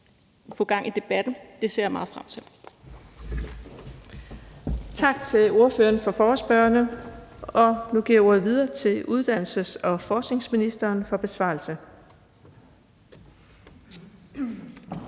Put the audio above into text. få gang i debatten. Det ser jeg meget frem til.